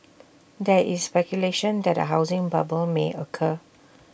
there is speculation that A housing bubble may occur